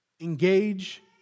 Engage